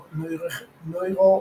נוירוכירורג.